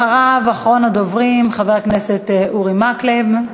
אחרון הדוברים, חבר הכנסת אורי מקלב.